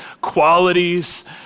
qualities